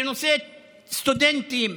בנושא סטודנטים,